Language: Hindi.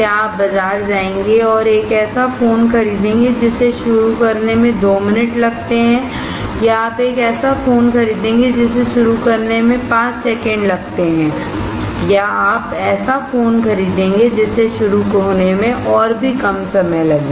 क्या आप बाज़ार जाएंगे और एक ऐसा फ़ोन खरीदेंगे जिसे शुरू करने में 2 मिनट लगते हैं या आप एक ऐसा फ़ोन खरीदेंगे जिसे शुरू करने में पाँच सेकंड लगते हैं या आप ऐसा फ़ोन खरीदेंगे जिसे शुरू होने में और भी कम समय लगे